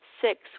Six